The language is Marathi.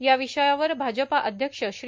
या विषयावर भाजपा अध्यक्ष श्री